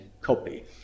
copy